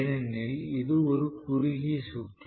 ஏனெனில் இது ஒரு குறுகிய சுற்று